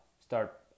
start